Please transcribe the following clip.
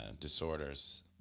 disorders